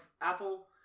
Apple